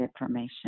information